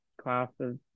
classes